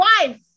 wife